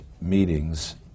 meetings